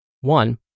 One